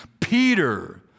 Peter